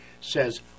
says